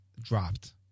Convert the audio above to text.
dropped